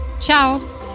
Ciao